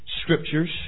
scriptures